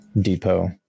depot